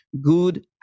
good